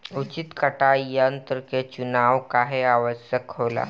उचित कटाई यंत्र क चुनाव काहें आवश्यक होला?